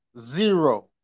zero